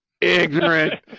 ignorant